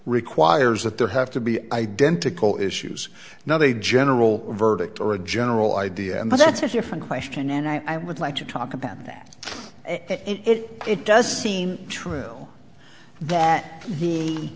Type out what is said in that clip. requires that there have to be identical issues now they general verdict or a general idea and that's a different question and i would like to talk about that it it does seem trail that the